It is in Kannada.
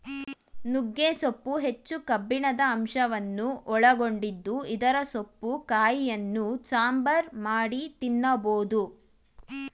ನುಗ್ಗೆ ಸೊಪ್ಪು ಹೆಚ್ಚು ಕಬ್ಬಿಣದ ಅಂಶವನ್ನು ಒಳಗೊಂಡಿದ್ದು ಇದರ ಸೊಪ್ಪು ಕಾಯಿಯನ್ನು ಸಾಂಬಾರ್ ಮಾಡಿ ತಿನ್ನಬೋದು